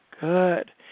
Good